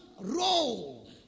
role